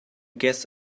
guess